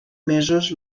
mesos